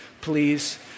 please